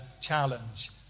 challenge